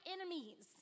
enemies